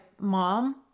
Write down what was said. mom